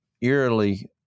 eerily